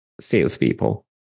salespeople